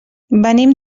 venim